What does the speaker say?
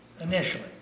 Initially